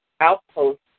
outposts